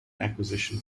acquisition